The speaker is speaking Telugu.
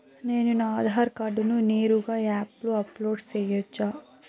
నేను నా ఆధార్ కార్డును నేరుగా యాప్ లో అప్లోడ్ సేయొచ్చా?